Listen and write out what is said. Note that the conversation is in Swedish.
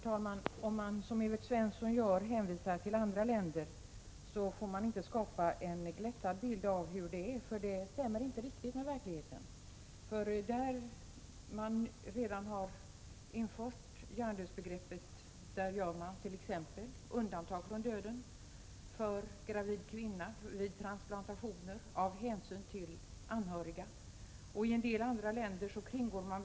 Herr talman! Om man hänvisar till andra länder, som Evert Svensson gör, får man inte skapa en glättad bild av hur det är, för då stämmer den inte riktigt med verkligheten. Där man redan har infört hjärndödsbegreppet gör man t.ex. undantag från döden för gravid kvinna om transplantation skall företas, och man tar också hänsyn till anhöriga. I dessa tre fall inträffar det att man uppskjuter beslutet om dödförklaring.